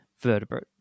vertebrate